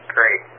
Great